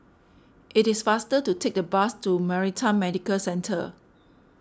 it is faster to take the bus to Maritime Medical Centre